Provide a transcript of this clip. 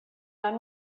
men